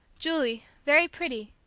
julie, very pretty,